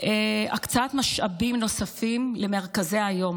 הקצאת משאבים נוספים למרכזי היום